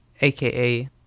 aka